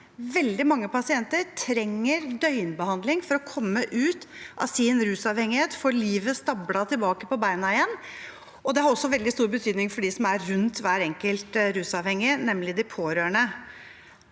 veldig mange pasienter trenger døgnbehandling for å komme ut av sin rusavhengighet og få livet sitt stablet på bena igjen, og det har også veldig stor betydning for dem som er rundt hver enkelt rusavhengig, nemlig de pårørende